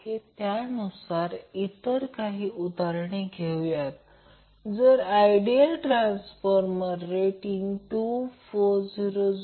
तर त्याचप्रमाणे L2 ω0 L2 हा 15 मिली हेन्री आहे आणि ते 15 103 2